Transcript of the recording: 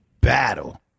battle